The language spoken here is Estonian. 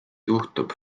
juhtub